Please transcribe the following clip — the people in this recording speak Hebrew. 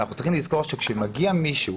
אנחנו צריכים לזכור שכאשר מגיע מישהו,